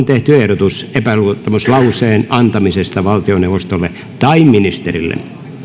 tehty ehdotus epäluottamuslauseen antamisesta valtioneuvostolle tai ministerille